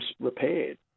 repaired